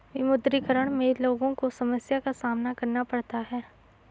विमुद्रीकरण में लोगो को समस्या का सामना करना पड़ता है